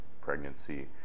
pregnancy